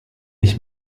ich